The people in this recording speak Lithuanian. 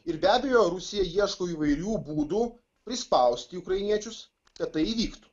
ir be abejo rusija ieško įvairių būdų prispausti ukrainiečius kad tai įvyktų